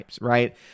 right